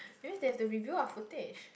yes there's the review of footage